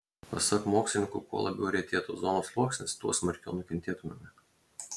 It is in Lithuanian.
pasak mokslininkų kuo labiau retėtų ozono sluoksnis tuo smarkiau nukentėtumėme